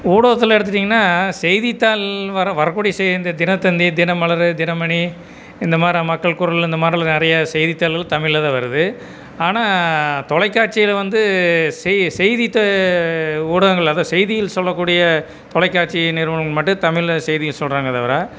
ஊடகத்தில் எடுத்துட்டீங்கன்னா செய்தித்தாள்ன்னு வர வரக்கூடிய செய்தி இந்த தினத்தந்தி தினமலர் தினமணி இந்த மாதிரி மக்கள் குரல் இந்த மாதிரிலாம் நிறையா செய்தித்தாள்கள்லாம் தமிழில் தான் வருது ஆனால் தொலைக்காட்சியில் வந்து செய் செய்தி ஊடகங்கள் அதான் செய்தியில் சொல்லக்கூடிய தொலைக்காட்சி நிறுவனங்கள் மட்டும் தமிழ்ல செய்தியை சொல்லுறாங்களே தவிர